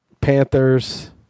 Panthers